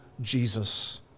Jesus